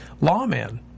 lawman